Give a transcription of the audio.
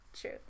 True